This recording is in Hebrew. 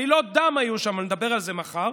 עלילות דם היו שם, נדבר על זה מחר.